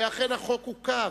ואכן החוק עוכב.